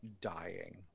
dying